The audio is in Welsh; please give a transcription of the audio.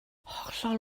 hollol